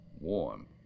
warm